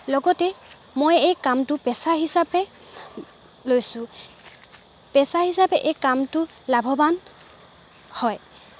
লগতে মই এই কামটো পেচা হিচাপে লৈছোঁ পেচা হিচাপে এই কামটো লাভৱান হয়